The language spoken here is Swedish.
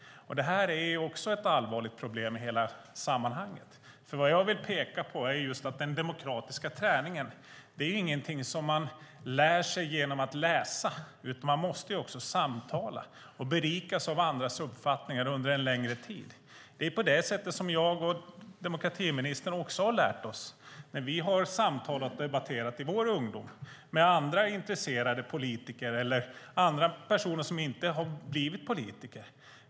Detta är ett allvarligt problem i sammanhanget. Det jag vill peka på är nämligen att den demokratiska träningen inte är någonting man lär sig genom att läsa, utan man måste samtala och berikas av andras uppfattningar under en längre tid. Det är på det sättet jag och även demokratiministern har lärt oss: Vi har samtalat och debatterat i vår ungdom med andra intresserade politiker, eller andra personer som inte har blivit politiker.